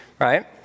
right